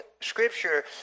Scripture